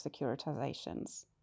securitizations